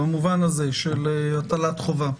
במובן הזה של הטלת חובה.